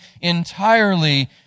entirely